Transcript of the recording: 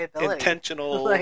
intentional